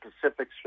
Pacific